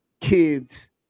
kids